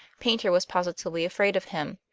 paynter was positively afraid of him.